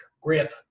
Grip